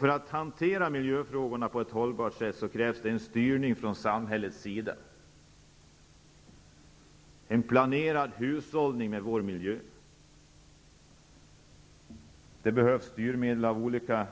För att kunna hantera miljöfrågorna på ett hållbart sätt krävs det en styrning från samhällets sida och en planerad hushållning med vår miljö. Det behövs styrmedel av olika